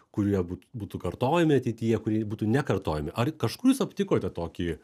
kurie būtų kartojami ateityje kurie būtų nekartojami ar kažkur jūs aptikote tokį